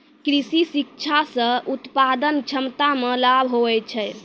कृषि शिक्षा से उत्पादन क्षमता मे लाभ हुवै छै